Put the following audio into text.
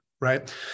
Right